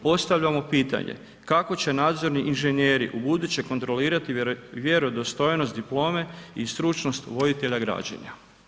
Postavljamo pitanje kako će nadzorni inženjeri ubuduće kontrolirati vjerodostojnost diplome i stručnost voditelja građenja?